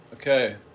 Okay